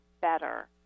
better